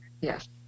Yes